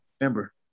remember